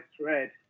thread